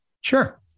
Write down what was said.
Sure